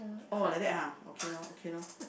oh like that !huh! okay loh okay loh